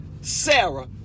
Sarah